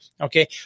Okay